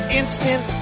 instant